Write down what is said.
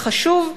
חשוב,